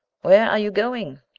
where are you going?